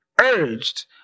urged